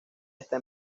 está